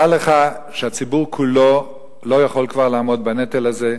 דע לך שהציבור כולו לא יכול כבר לעמוד בנטל הזה.